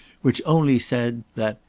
which only said that,